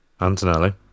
Antonelli